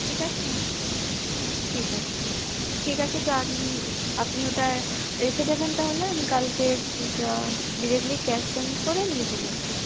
ঠিক আছে ঠিক আছে ঠিক আছে তো আপনি আপনি ওটা রেখে দেবেন তাহলে আমি কালকে ডিরেক্টলি ক্যাশ পেমেন্ট করে নিয়ে চলে আসবো